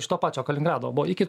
iš to pačio kalingrado buvo iki